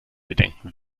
bedenken